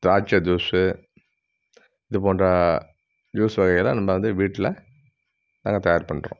திராட்சை ஜூஸு இது போன்ற ஜூஸு வகைகளெலாம் நம்ம வந்து வீட்டில் நாங்கள் தயார் பண்ணுறோம்